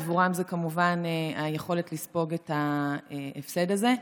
עבורם זה כמובן היכולת לספוג את ההפסד הזה.